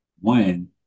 one